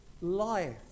life